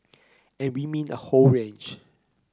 and we mean a whole range